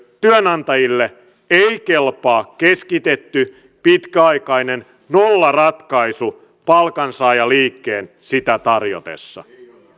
työnantajille ei kelpaa keskitetty pitkäaikainen nollaratkaisu palkansaajaliikkeen sitä tarjotessa